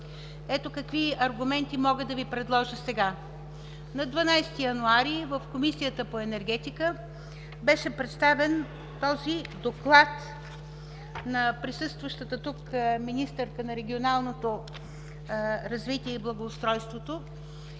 Ето какви аргументи мога да Ви предложа сега. На 12 януари в Комисията по енергетика беше представен този доклад на присъстващата тук министърка на регионалното развитие и благоустройството.